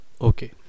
Okay